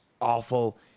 awful